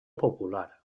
popular